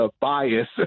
bias